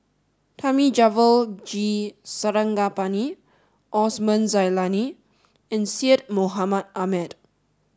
Thamizhavel G Sarangapani Osman Zailani and Syed Mohamed Ahmed